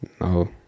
No